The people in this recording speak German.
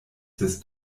des